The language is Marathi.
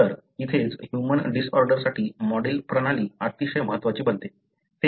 तर तिथेच ह्यूमन डिसऑर्डरसाठी मॉडेल प्रणाली अतिशय महत्त्वाची बनते